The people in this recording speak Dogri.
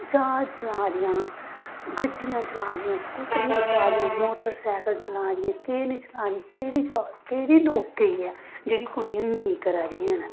ज्हाज चलाऽ दियां गड्डियां चलाऽ दियां स्कूटरियां चलाऽ दियां मोटरसैकल चलाऽ दियां केह् निं चलाऽ दियां केह्ड़ी जाब केह्ड़ी नौकरी ऐ जेह्ड़ी कुड़ियां नेईं करा दियां हैन